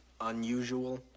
unusual